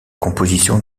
composition